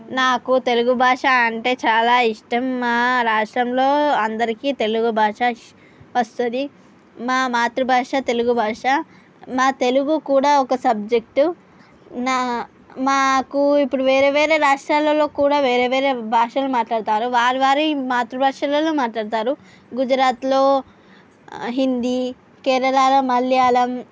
నాకు తెలుగు భాష అంటే చాలా ఇష్టం మా రాష్ట్రంలో అందరికీ తెలుగు భాషా వస్తుంది మా మాతృభాష తెలుగు భాష మా తెలుగు కూడా ఒక సబ్జెక్టు నా మాకు ఇప్పుడు వేరే వేరే రాష్ట్రాలలో కూడా వేరే వేరే భాషలు మాట్లాడతారు వారి వారి మాతృభాషలలో మాట్లాడుతారు గుజరాత్లో హిందీ కేరళాలో మలయాళం